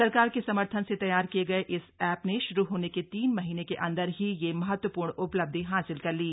सरकार के समर्थन से तैयार किये गये इस एप ने श्रू होने के तीन महीने के अन्दर ही यह महत्वपूर्ण उपलब्धि हासिल कर ली